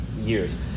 years